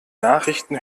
nachrichten